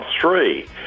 three